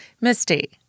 Misty